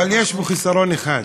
אבל יש בו חיסרון אחד,